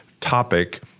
topic